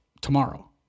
Tomorrow